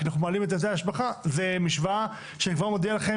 כי אנחנו מעלים את היטל ההשבחה - זו משוואה שאני כבר מודיע לכם,